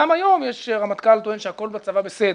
גם היום הרמטכ"ל טוען שהכול בצבא בסדר.